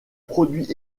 produit